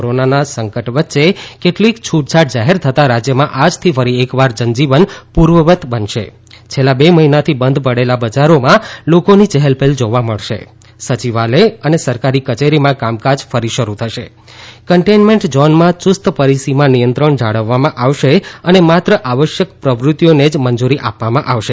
કોરોનાના સંકટ વચ્ચે કેટલીક છૂટછાટ જાહેર થતા રાજ્યમાં આજથી ફરી એક વાર જનજીવન પૂર્વવ્રત બનશે છેલ્લા બે મહિનાથી બંધ પડેલા બજારોમાં લોકોની ચહેલપહેલ જોવા મળશે સચિવાલય અને સરકારી કચેરીમાં કામકાજ ફરી શરૂ થશે કન્ટેઇન્મેન્ટ ઝોનમાં યુસ્ત પરિસીમા નિયંત્રણ જાળવવામાં આવશે અને માત્ર આવશ્યક પ્રવૃત્તિઓને જ મંજૂરી આપવામાં આવશે